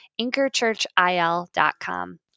anchorchurchil.com